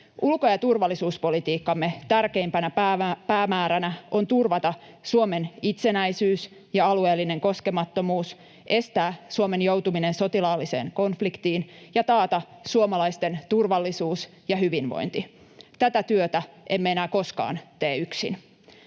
Ulko- ja turvallisuuspolitiikkamme tärkeimpänä päämääränä on turvata Suomen itsenäisyys ja alueellinen koskemattomuus, estää Suomen joutuminen sotilaalliseen konfliktiin ja taata suomalaisten turvallisuus ja hyvinvointi. Tätä työtä emme enää koskaan tee yksin.